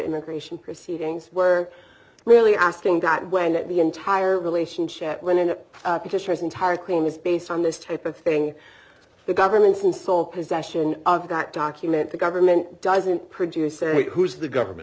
immigration proceedings we're really asking that when that the entire relationship when an entire claim is based on this type of thing the government will sole possession of that document the government doesn't produce and who is the government